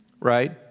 right